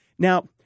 Now